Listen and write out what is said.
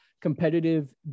competitive